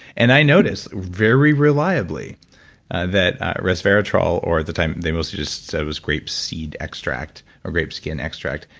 and i noticed very reliably that resveratrol or at the time, they mostly just say it was grapeseed extract or grape skin extract.